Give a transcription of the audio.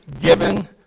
given